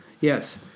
Yes